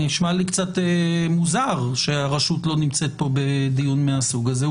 זה נשמע לי קצת מוזר שהרשות לא נמצאת פה בדיון מהסוג הזה.